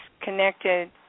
connected